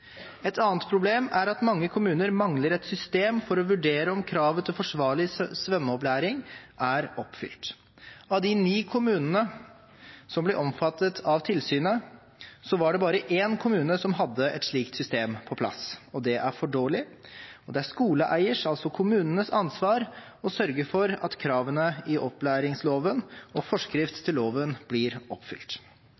Et annet problem er at mange kommuner mangler et system for å vurdere om kravet til forsvarlig svømmeopplæring er oppfylt. Av de ni kommunene som ble omfattet av tilsynet, var det bare en kommune som hadde et slikt system på plass. Det er for dårlig, og det er skoleeiers, altså kommunenes, ansvar å sørge for at kravene i opplæringsloven og forskrift til loven blir oppfylt.